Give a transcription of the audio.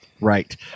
Right